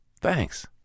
Thanks